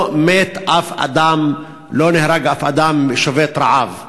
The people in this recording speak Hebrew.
לא מת אף אדם, לא נהרג אף אדם שובת רעב,